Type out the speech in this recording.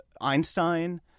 Einstein